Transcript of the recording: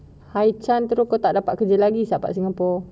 high chance terus tak dapat kerja lagi selepas singapore